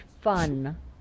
fun